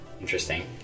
Interesting